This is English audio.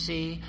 See